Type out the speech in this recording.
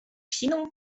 siną